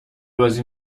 بازی